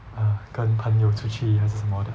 uh 跟朋友出去还是什么的